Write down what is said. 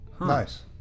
Nice